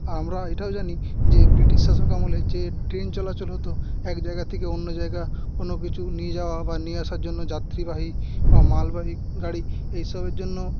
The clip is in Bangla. আমরা এটাও জানি যে ব্রিটিশ শাসক আমলে যে ট্রেন চলাচল হত এক জায়গা থেকে অন্য জায়গা কোনো কিছু নিয়ে যাওয়া বা নিয়ে আসার জন্য যাত্রীবাহী বা মালবাহী গাড়ি এইসবের জন্য